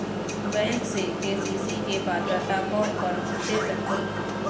Bank से KCC के पात्रता कोन कौन होथे सकही?